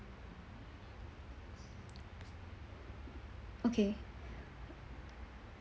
okay